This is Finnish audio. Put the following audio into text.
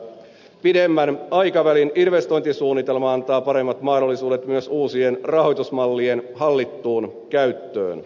pidemmän aikavälin investointisuunnitelma antaa paremmat mahdollisuudet myös uusien rahoitusmallien hallittuun käyttöön